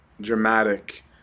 dramatic